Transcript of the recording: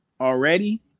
already